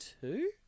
two